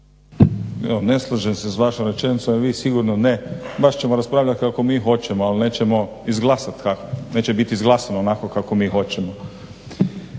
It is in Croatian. Ne slažem se s vašom rečenicom, vi sigurno ne, baš ćemo raspravljat kako mi hoćemo ali neće bit izglasano onako kako mi hoćemo.